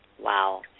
Wow